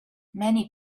many